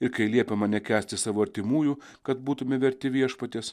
ir kai liepiama nekęsti savo artimųjų kad būtume verti viešpaties